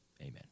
amen